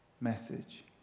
message